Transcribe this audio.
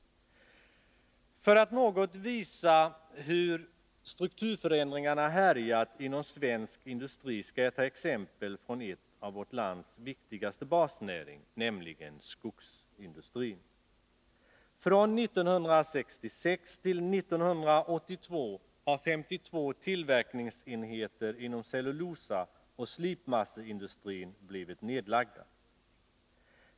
För att något visa hur strukturförändringarna har härjat inom svensk industri skall jag ta exempel från en av vårts lands viktigaste basnäringar, nämligen skogsindustrin. Från 1966 till 1980 har 52 tillverkningsenheter inom cellulosaoch slipmasseindustrin blivit nedlagda.